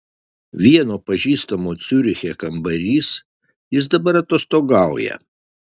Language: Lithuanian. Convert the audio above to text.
vieno pažįstamo ciuriche kambarys jis dabar atostogauja